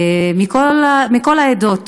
מכל העדות.